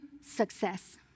success